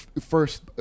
first